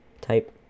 type